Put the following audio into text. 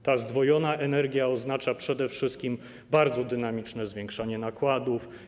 Ta zdwojona energia oznacza przede wszystkim bardzo dynamiczne zwiększanie nakładów.